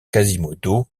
quasimodo